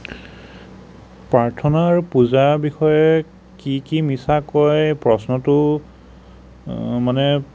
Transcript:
প্ৰাৰ্থনাৰ পূজা বিষয়ে কি কি মিছা কয় প্ৰশ্নটো মানে